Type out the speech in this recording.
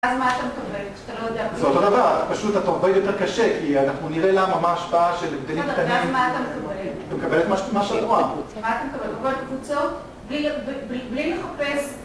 אז מה אתה מקבלת כשאתה לא יודע? זה אותו דבר, פשוט אתה עובד יותר קשה כי אנחנו נראה למה מה ההשפעה של הבדלים קטנים. ואז אתה מקבל? אתם מקבלים מה שאתם רואים מה אתם מקבלים. אתה מקבל קבוצות